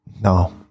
No